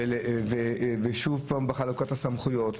וגם שוב חלוקת סמכויות.